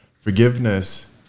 forgiveness